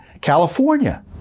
California